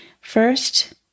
First